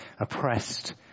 oppressed